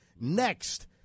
Next